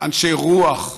אנשי רוח,